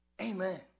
Amen